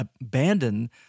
abandon